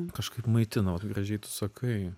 kažkaip maitino gražiai tu sakai